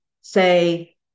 say